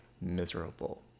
miserable